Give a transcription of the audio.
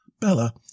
Bella